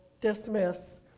dismiss